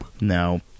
No